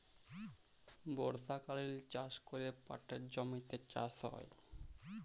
বর্ষকালীল চাষ ক্যরে পাটের জমিতে চাষ হ্যয়